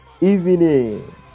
evening